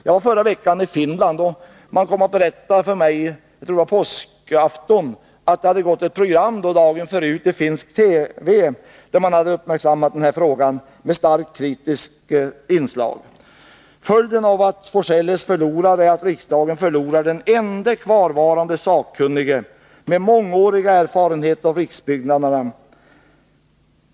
Jag var förra veckan i Finland, och man kom då och berättade för mig att det hade gått ett program i finsk television dagen före påskafton, där man uppmärksammat frågan i ett starkt kritiskt inslag. Följden av att Olof af Forselles förlorar är att riksdagen förlorar den ende kvarvarande sakkunnige med mångårig erfarenhet av riksbyggnaderna.